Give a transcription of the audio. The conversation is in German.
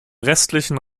restlichen